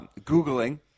Googling